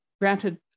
granted